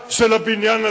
לחקיקה של הבניין הזה.